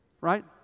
right